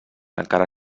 encara